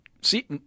See